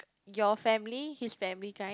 your family his family kind